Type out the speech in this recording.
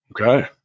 Okay